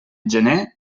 gener